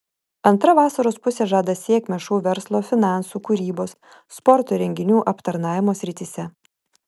antra vasaros pusė žada sėkmę šou verslo finansų kūrybos sporto renginių aptarnavimo srityse